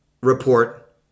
report